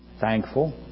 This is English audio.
Thankful